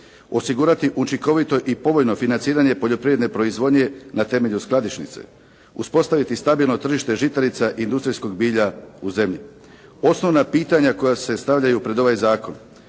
osigurati učinkovito i povoljno financiranje poljoprivredne proizvodnje na temelju skladišnice, uspostaviti stabilno tržište žitarica i industrijskog bilja u zemlji. Osnovna pitanja koja se stavljaju pred ovaj zakon: